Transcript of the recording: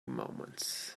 moments